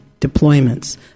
deployments